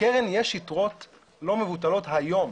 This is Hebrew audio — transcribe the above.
בקרן יש יתרות לא מבוטלות היום.